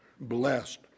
blessed